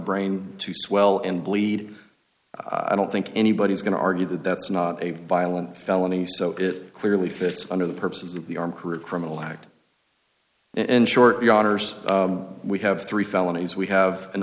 brain to swell and bleed i don't think anybody is going to argue that that's not a violent felony so it clearly fits under the purpose of the arm career criminal act in short yachters we have three felonies we have an